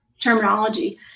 terminology